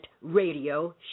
radio